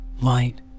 Light